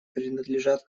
принадлежат